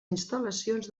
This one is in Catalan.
instal·lacions